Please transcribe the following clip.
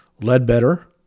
Ledbetter